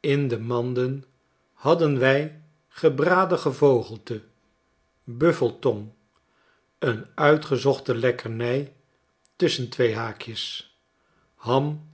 in de manden hadden wij gebraden gevogelte buffeltong een uitgezochte lekkernij tusschen twee haakjes ham